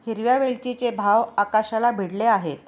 हिरव्या वेलचीचे भाव आकाशाला भिडले आहेत